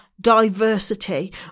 diversity